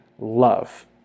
Love